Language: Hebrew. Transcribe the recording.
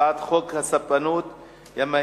את הצעת חוק הספנות (ימאים)